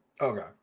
okay